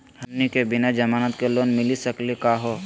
हमनी के बिना जमानत के लोन मिली सकली क हो?